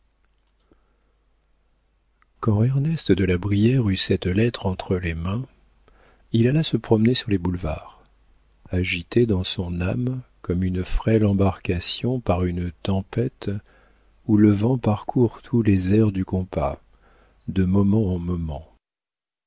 ernest de la brière eut cette lettre entre les mains il alla se promener sur les boulevards agité dans son âme comme une frêle embarcation par une tempête où le vent parcourt toutes les aires du compas de moment en moment